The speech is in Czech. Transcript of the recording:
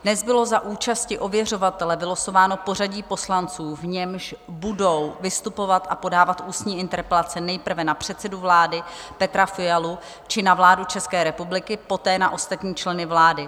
Dnes bylo za účasti ověřovatele vylosováno pořadí poslanců, v němž budou vystupovat a podávat ústní interpelace nejprve na předsedu vlády Petra Fialu či na vládu České republiky, poté na ostatní členy vlády.